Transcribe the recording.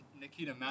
Nikita